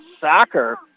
soccer